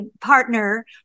partner